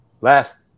last